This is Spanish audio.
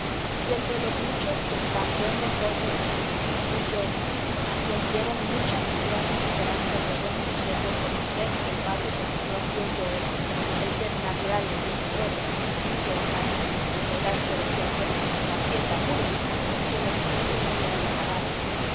y entre los muchos que tan buen deseo tenían fui yo uno a quien dieron muchas y grandes esperanzas de buen suceso conocer que el padre conocía quien yo era el ser natural del mismo pueblo limpio en sangre en la edad floreciente en la hacienda muy rico y en el ingenio no menos acabado